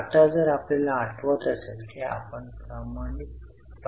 आपण समभाग जारी केले आहेत आणि आपण येथे भागधारकांना लाभांश देत आहोत